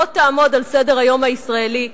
לא תעמוד על סדר-היום הישראלי,